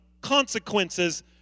consequences